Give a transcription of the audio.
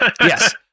Yes